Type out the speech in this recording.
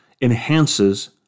enhances